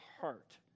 heart